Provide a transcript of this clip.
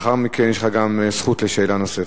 לאחר מכן יש לך גם זכות לשאלה נוספת.